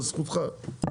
זו זכותך.